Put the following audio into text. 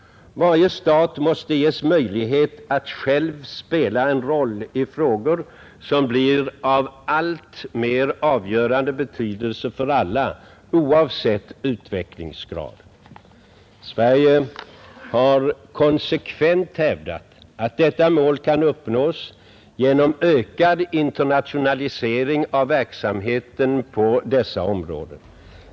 Varje stat måste ges möjlighet att själv spela en roll i frågor som blir av alltmer avgörande betydelse för alla, oavsett utvecklingsgrad. Sverige har konsekvent hävdat, att detta mål kan uppnås genom ökad internationalisering av verksamheten på dessa områden.